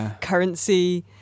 currency